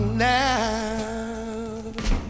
now